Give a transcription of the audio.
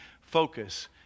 focus